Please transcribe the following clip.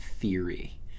theory